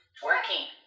twerking